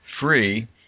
free